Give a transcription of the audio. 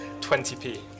20p